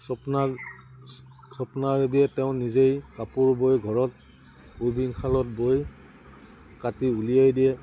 স্বপ্না স্বপ্না বেদীয়ে তেওঁ নিজেই কাপোৰ বৈ ঘৰত ৱিভিংশালত বৈ কাটি উলিয়াই দিয়ে